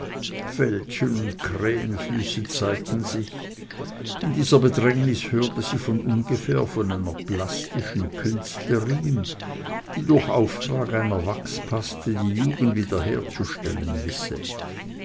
fältchen und krähenfüße zeigten sich in dieser bedrängnis hörte sie von ungefähr von einer plastischen künstlerin die durch auftrag einer wachspaste die jugend wiederherzustellen wisse